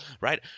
right